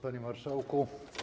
Panie Marszałku!